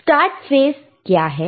start phase क्या है